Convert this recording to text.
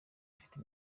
afite